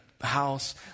house